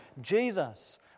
Jesus